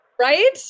Right